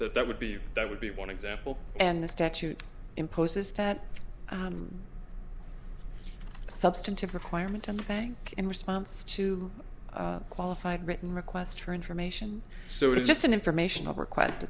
that that would be that would be one example and the stacks imposes that substantive requirement on the bank in response to a qualified written request for information so it's just an informational request